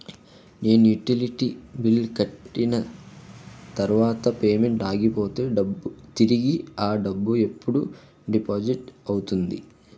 నేను utility bill కట్టిన తర్వాత పేమెంట్ ఆగిపోతే తిరిగి అ డబ్బు ఎప్పుడు డిపాజిట్ అవుతుంది?